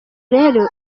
rero